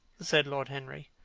said lord henry.